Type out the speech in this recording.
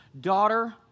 daughter